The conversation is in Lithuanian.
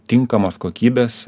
tinkamos kokybės